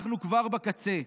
אנחנו כבר בקצה.